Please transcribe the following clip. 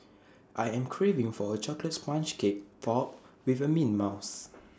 I am craving for A Chocolate Sponge Cake Topped with Mint Mousse